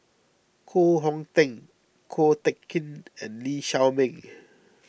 Koh Hong Teng Ko Teck Kin and Lee Shao Meng